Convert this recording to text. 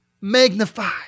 magnify